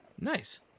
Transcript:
nice